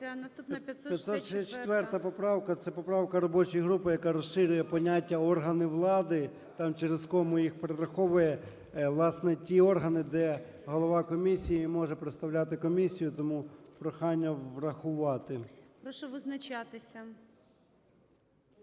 О.М. 564 поправка – це поправка робочої групи, яка розширює поняття "органи влади", там через кому їх перераховує, власне, ті органи, де голова комісії може представляти комісію. Тому прохання врахувати. ГОЛОВУЮЧИЙ. Прошу визначатися.